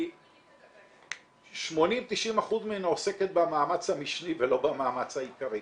כי 90%-80% ממנה עוסקת במאמץ המשני ולא במאמץ העיקרי.